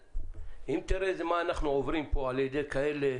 אם תראה מה אנחנו עוברים פה על ידי כאלה,